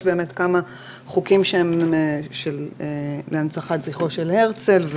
יש כמה חוקים להנצחת זכרו ומורשתו של הרצל,